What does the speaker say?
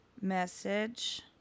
message